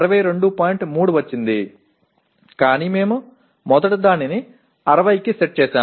3 వచ్చింది కానీ మేము మొదట దానిని 60 కి సెట్ చేసాము